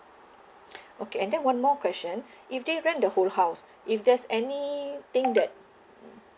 okay and then one more question if they rent the whole house if there's any thing that